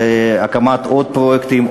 זה הקמת עוד פרויקטים,